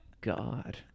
god